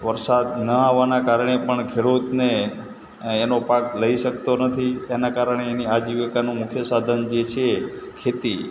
વરસાદ ન આવવાના કારણે પણ ખેડૂતને એનો પાક લઈ શકતો નથી તેના કારણે એની આજીવિકાનું મુખ્ય સાધન જે છે ખેતી